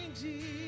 Jesus